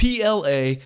PLA